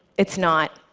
it's not.